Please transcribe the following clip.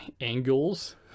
angles